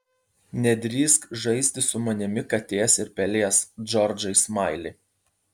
nedrįsk žaisti su manimi katės ir pelės džordžai smaili